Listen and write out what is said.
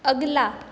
अगला